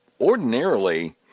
ordinarily